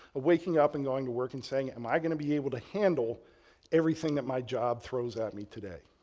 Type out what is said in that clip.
waking up and going to work and saying, am i going to be able to handle everything that my job throws at me today?